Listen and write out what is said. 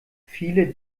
viele